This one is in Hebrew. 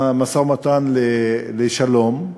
משא-ומתן לשלום,